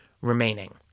remaining